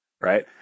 Right